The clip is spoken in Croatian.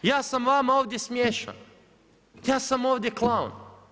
Ja sam vama ovdje smiješan, ja sam ovdje klaun.